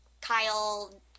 Kyle